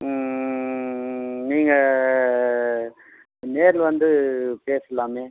நீங்கள் நேரில் வந்து பேசலாமே